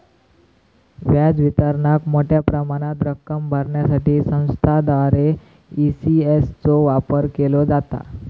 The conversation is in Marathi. व्याज वितरणाक मोठ्या प्रमाणात रक्कम भरण्यासाठी संस्थांद्वारा ई.सी.एस चो वापर केलो जाता